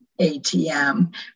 ATM